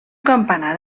campanar